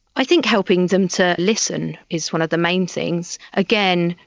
i think helping them to listen is one of the main things. again,